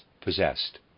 possessed